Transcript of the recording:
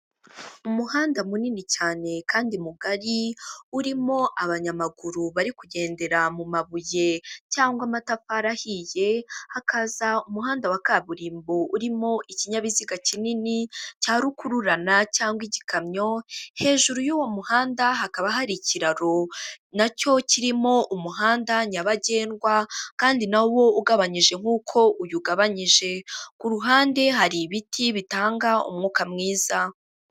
Umuhanda munini cyane kandi mugari urimo abanyamaguru bari kugendera mu mabuye cyangwa amatafari ahiye; hakaza umuhanda wa kaburimbo urimo ikinyabiziga kinini cya rukururana cyangwa igikamyo; hejuru y'uwo muhanda hakaba hari ikiraro nacyo kirimo umuhanda nyabagendwa kandi nawo ugabanyije nk'uko uyu ugabanyije; ku ruhande hari ibiti bitanga umwuka mwiza,